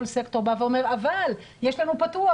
כל סקטור בא ואומר: אבל יש לנו פתוח,